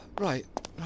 Right